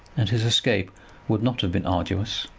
and his escape would not have been arduous.